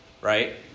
Right